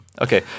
Okay